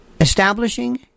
establishing